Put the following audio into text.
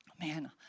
man